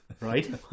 Right